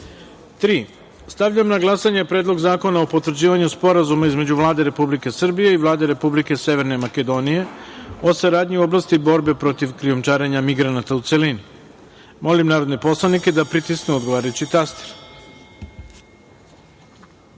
reda. Stavljam na glasanje Predlog zakona o potvrđivanju Sporazuma između Vlade Republike Srbije i Vlade Republike Severne Makedonije o saradnji u oblasti borbe protiv krijumčarenja migranata, u celini. Molim narodne poslanike da pritisnu odgovarajući